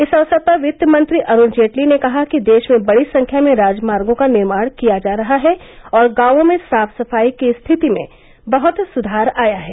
इस अवसर पर वित्त मंत्री अरूण जेटली ने कहा कि देश में बड़ी संख्या में राजमार्गों का निर्माण किया जा रहा है और गांवों में साफ सफाई की स्थिति में बहुत सुधार आया है